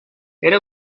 era